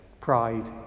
Pride